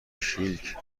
شیک